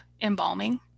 embalming